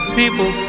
people